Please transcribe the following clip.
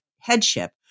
headship